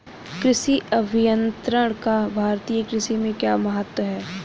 कृषि अभियंत्रण का भारतीय कृषि में क्या महत्व है?